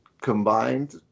combined